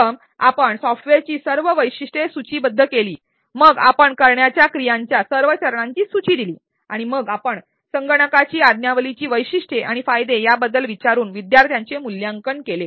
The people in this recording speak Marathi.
प्रथम आपण सॉफ्टवेअरची सर्व वैशिष्ट्ये सूची बद्ध केली मग आपण करण्याच्या क्रियांच्या सर्व चरणांची सूची दिली आणि मग आपण संगणकाची आज्ञावलीची वैशिष्ट्ये आणि फायदे याबद्दल विचारून विद्यार्थ्यांचे मूल्यांकन केले